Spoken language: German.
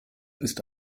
ist